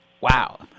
Wow